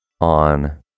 on